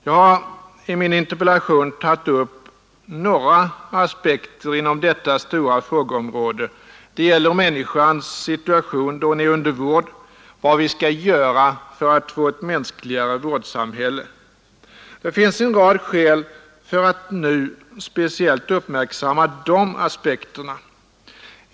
Jag har i min interpellation tagit upp några aspekter inom detta stora frågeområde. Det gäller människans situation då hon är under vård, vad vi skall göra för att få ett mänskligare vårdsamhälle. Det finns en rad skäl för att nu speciellt uppmärksamma de aspekterna.